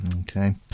Okay